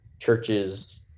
churches